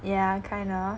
yeah kind of